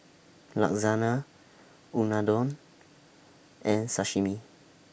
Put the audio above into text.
Lasagne Unadon and Sashimi